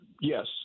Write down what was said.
yes